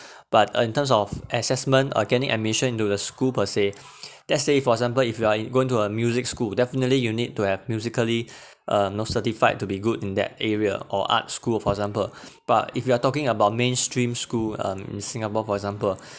but uh in terms of assessments uh gaining admission into the school per say let's say for example if you are in going to a music school definitely you need to have musically uh know certified to be good in that area or art school for example but if you are talking about mainstream school um in singapore for example